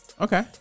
Okay